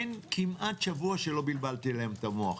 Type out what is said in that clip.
אין כמעט שבוע שלא בלבלתי להם את המוח.